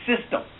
system